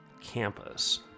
campus